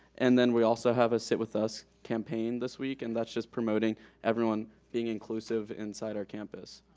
and then we also have a sit with us campaign this week and that's just promoting everyone being inclusive inside our campus.